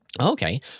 Okay